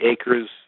acres